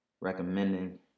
recommending